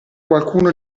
qualcuno